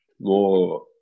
more